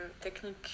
technique